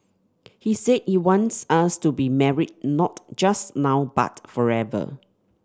he said he wants us to be married not just now but forever